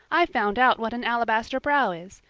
i've found out what an alabaster brow is.